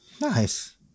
Nice